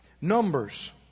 Numbers